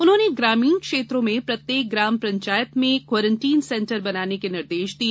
उन्होंने ग्रामीण क्षेत्रों में प्रत्येक ग्राम पंचायत में क्वारेंटाइन सेंटर बनाने के निर्देश दिए